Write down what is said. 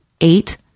eight